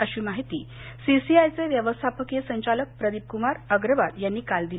अशी माहिती सीसीआयचे व्यवस्थापकीय संचालक प्रदीप कुमार अग्रवाल यांनी काल दिली